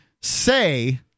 say